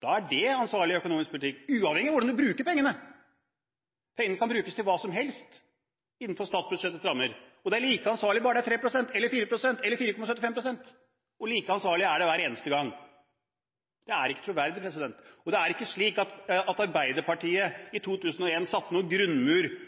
Da er det ansvarlig økonomisk politikk, uavhengig av hvordan man bruker pengene. Pengene kan brukes til hva som helst innenfor statsbudsjettets rammer, og det er like ansvarlig enten det er 3 pst., 4 pst. eller 4,75 pst. – like ansvarlig er det hver eneste gang. Det er ikke troverdig. Det er ikke slik at Arbeiderpartiet i